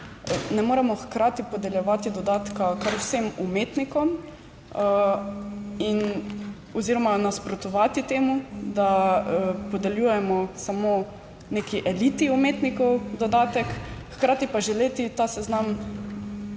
ne moremo imeti hkrati podeljevati dodatka kar vsem umetnikom. In oziroma nasprotovati temu, da podeljujemo samo neki eliti umetnikov dodatek, hkrati pa želeti ta seznam